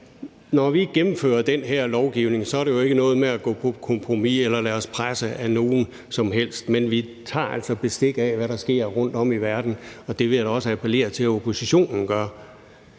når vi gennemfører den her lovgivning, er det jo ikke noget med at gå på kompromis eller at lade os presse af nogen som helst, men vi tager altså bestik af, hvad der sker rundtom i verden, og det vil jeg da også appellere til at oppositionen gør.